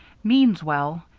means well,